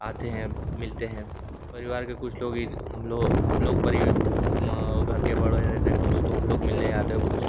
आते हैं मिलते हैं परिवार के कुछ लोग हम लोग हम लोग घर के बड़े रहते हैं कुछ तो हम लोग मिलने जाते हैं और कुछ